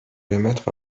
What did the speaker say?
émettre